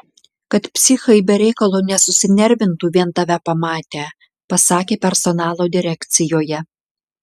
kad psichai be reikalo nesusinervintų vien tave pamatę pasakė personalo direkcijoje